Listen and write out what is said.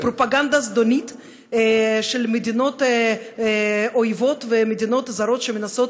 לפרופגנדה זדונית של מדינות אויבות ומדינות זרות שמנסות